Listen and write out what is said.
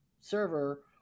server